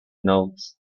notes